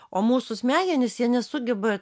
o mūsų smegenys jie nesugeba